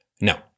No